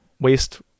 waste